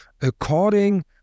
according